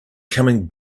coming